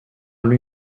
lui